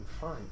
fine